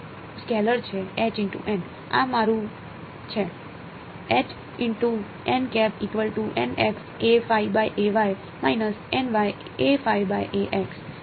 તેથી આ એક સ્કેલર છે આ મારુ છે